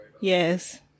Yes